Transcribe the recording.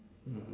mmhmm